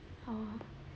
ah